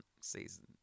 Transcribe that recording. season